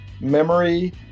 memory